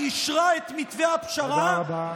שאישרה את מתווה הפשרה, תודה רבה.